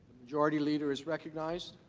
majority leader is recognized.